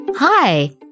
Hi